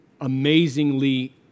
amazingly